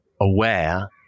aware